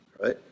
Right